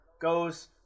goes